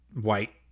white